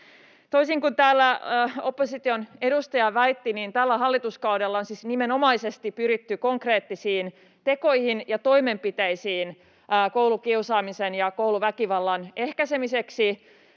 Toisin kuin täällä opposition edustaja väitti, tällä hallituskaudella on siis nimenomaisesti pyritty konkreettisiin tekoihin ja toimenpiteisiin koulukiusaamisen ja kouluväkivallan ehkäisemiseksi.